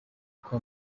kwa